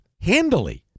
handily